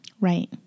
right